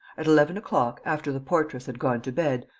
at eleven o'clock, after the portress had gone to bed,